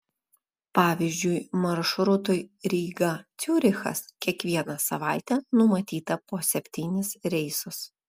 pavyzdžiui maršrutui ryga ciurichas kiekvieną savaitę numatyta po septynis reisus